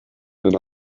and